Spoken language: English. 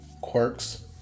quirks